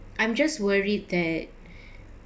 I'm just worried that